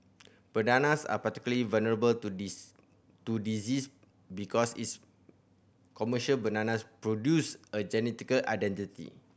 bananas are particularly vulnerable to this to disease because its commercial bananas produced are genetical identical